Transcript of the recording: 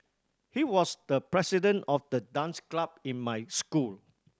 he was the president of the dance club in my school